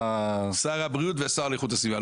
שר הבריאות ושר לאיכות הסביבה.